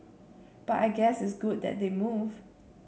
but I guess it's good that they move